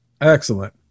Excellent